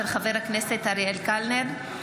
של חבר הכנסת אריאל קלנר.